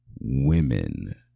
women